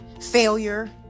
failure